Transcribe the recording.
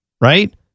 Right